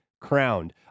crowned